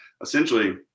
essentially